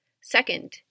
Second